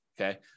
Okay